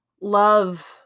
love